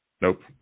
Nope